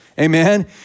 Amen